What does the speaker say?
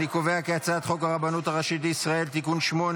אני קובע כי הצעת חוק הרבנות הראשית לישראל (תיקון מס' 8),